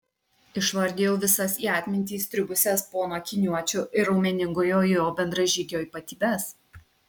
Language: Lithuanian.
išvardijau visas į atmintį įstrigusias pono akiniuočio ir raumeningojo jo bendražygio ypatybes